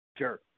sure